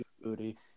booty